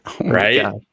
Right